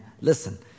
Listen